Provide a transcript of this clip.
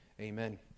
Amen